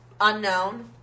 unknown